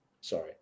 Sorry